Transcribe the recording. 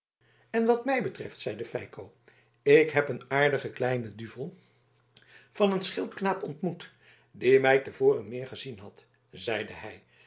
en wat mij betreft zeide feiko ik heb een aardigen kleinen duivel van een schildknaap ontmoet die mij te voren meer gezien had zeide hij